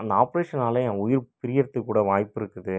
அந்த ஆப்ரேஷனால் என் உயிர் பிரிகிறத்துக்கூட வாய்ப்பிருக்குது